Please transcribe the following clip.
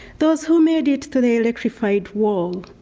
those who made it to the electrified wall,